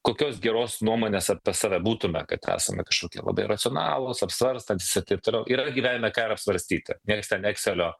kokios geros nuomonės apie save būtume kad esame kažkokie labai racionalūs apsvarstantys ir taip toliau yra gyvenime ką ir apsvarstyti nieks ten ekselio